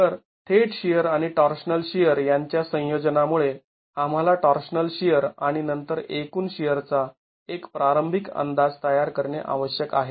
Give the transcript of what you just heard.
तर थेट शिअर आणि टॉर्शनल शिअर यांच्या संयोजनामुळे आम्हाला टॉर्शनल शिअर आणि नंतर एकूण शिअरचा एक प्रारंभिक अंदाज तयार करणे आवश्यक आहे